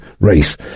race